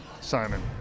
Simon